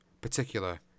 particular